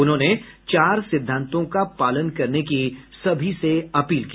उन्होंने चार सिद्धांतों का पालन करने की अपील की